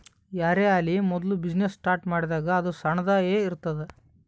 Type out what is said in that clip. ಯಾರೇ ಆಲಿ ಮೋದುಲ ಬಿಸಿನ್ನೆಸ್ ಸ್ಟಾರ್ಟ್ ಮಾಡಿದಾಗ್ ಅದು ಸಣ್ಣುದ ಎ ಇರ್ತುದ್